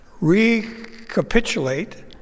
recapitulate